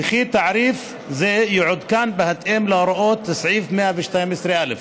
וכי תעריף זה יעודכן בהתאם להוראות סעיף 112(א).